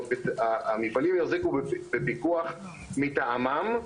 בפיקוח מטעמם,